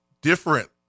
different